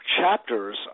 chapters